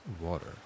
water